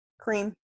Cream